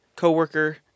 co-worker